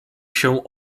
się